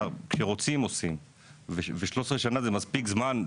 כשרוצים עושים, ו-13 שנה הן מספיק זמן.